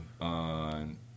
on